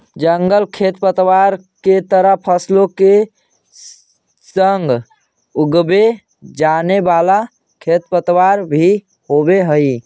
जंगली खेरपतवार के तरह फसलों के संग उगवे जावे वाला खेरपतवार भी होवे हई